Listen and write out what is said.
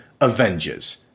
Avengers